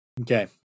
Okay